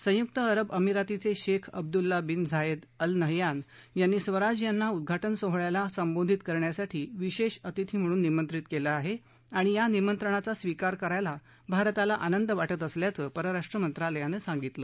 संयुक्त अरब अमरातीचे Sheikh Abdullah bin Zayed Al Nahyan यांनी स्वराज यांना उद्घाटन सोहळ्याला संबोधित करण्यासाठी विशेष अतिथी म्हणून निमंत्रित केलं आहे आणि या निमंत्रणाचा स्वीकार करायला भारताला आनंद वाटत असल्याचं परराष्ट्र मंत्रालयानं सांगितलं